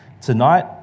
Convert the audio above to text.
Tonight